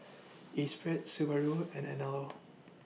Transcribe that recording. Esprit Subaru and Anello